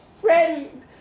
friend